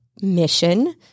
mission